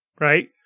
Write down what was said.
right